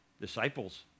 Disciples